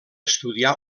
estudiar